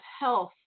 health